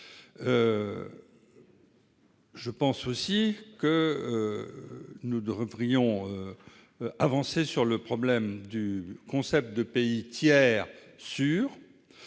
Je pense aussi que nous devrions avancer sur le problème du concept de « pays tiers sûr